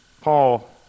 Paul